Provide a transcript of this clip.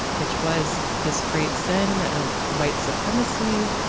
which was this great sin of white supremacy